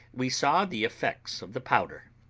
we saw the effects of the powder.